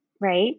Right